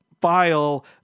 file